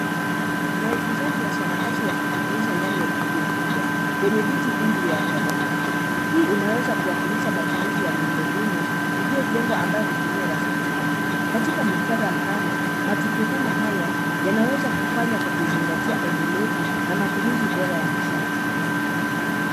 Waigizaji wa sarakasi wakitumbuiza ndani ya ukumbi mkubwa wenye viti vingi vya watazamaji. Hii inaweza kuwakilisha matumizi ya miundombinu iliyojengwa ambayo hutumia rasilimali. Katika muktadha mpana, matukio kama haya yanaweza kufanywa kwa kuzingatia endelevu na matumizi bora ya nishati.